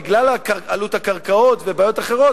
בגלל עלות הקרקעות ובעיות אחרות,